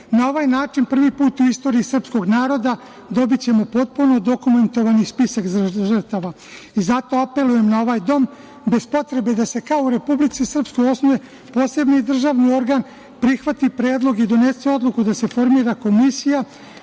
ovaj način prvi put u istoriji srpskog naroda dobićemo potpuno dokumentovani spisak žrtava i zato apelujem na ovaj dom zbog potrebe da se kao u Republici Srpskog osnuje posebni državni organ, prihvati predlog i donese odluka da se formira komisija